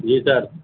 جی سر